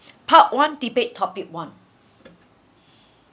part one debate topic one